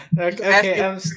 Okay